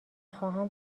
خواهم